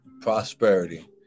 prosperity